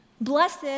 Blessed